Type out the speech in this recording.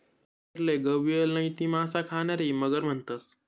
मगरले गविअल नैते मासा खानारी मगर म्हणतंस